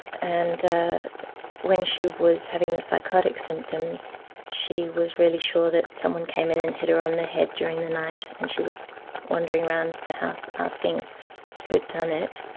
and ah when she was having the psychotic symptoms she was really sure that someone came in and hit her on the head during the night and she was wandering around the house asking who'd done it.